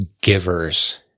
givers